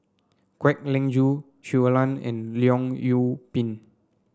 Kwek Leng Joo Shui Lan and Leong Yoon Pin